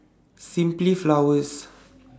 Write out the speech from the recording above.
Simply Flowers